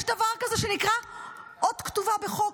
יש דבר כזה שנקרא אות כתובה בחוק.